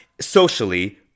socially